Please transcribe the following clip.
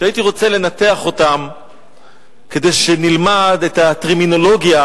שהייתי רוצה לנתח אותן כדי שנלמד את הטרמינולוגיה